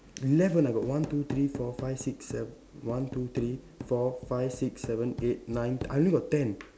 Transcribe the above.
left one I got one two three four five six seven one two three four five six seven eight nine I only got ten